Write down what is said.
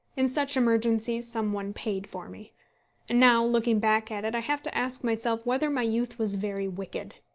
in such emergencies some one paid for me. and now, looking back at it, i have to ask myself whether my youth was very wicked.